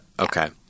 Okay